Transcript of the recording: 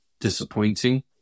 disappointing